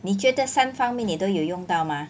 你觉得三方面你都有用到吗